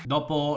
Dopo